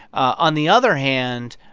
on the other hand,